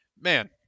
man-